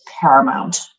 paramount